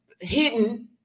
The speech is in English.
hidden